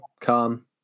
calm